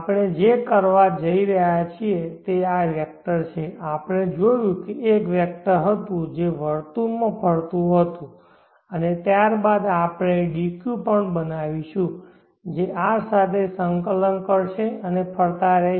આપણે જે કરવા જઈ રહ્યા છીએ તે આ વેક્ટર છે આપણે જોયું કે એક વેક્ટર હતું જે વર્તુળમાં ફરતું હતું અને ત્યારબાદ આપણે d q પણ બનાવીશું જે R સાથે સંકલન કરશે અને ફરતા રહેશે